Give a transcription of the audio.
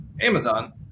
Amazon